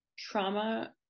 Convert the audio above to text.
trauma